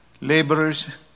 laborers